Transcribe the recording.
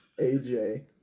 AJ